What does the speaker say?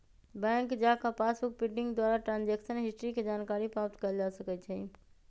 bank जा कऽ passbook printing द्वारा ट्रांजैक्शन हिस्ट्री के जानकारी प्राप्त कएल जा सकइ छै